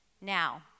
Now